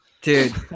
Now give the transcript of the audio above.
Dude